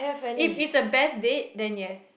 if it's a best date then yes